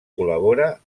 col·labora